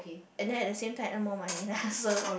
and then at the same time earn more money lah so